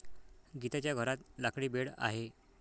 गीताच्या घरात लाकडी बेड आहे